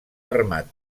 armat